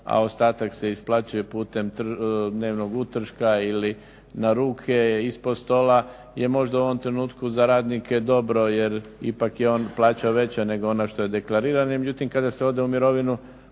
a ostatak se isplaćuje putem dnevnog utrška ili na ruke, ispod stola je možda u ovom trenutku za radnike dobro jer ipak je on plaćao veća nego što je deklarirana. Međutim, kada se ode u mirovinu